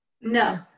No